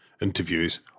interviews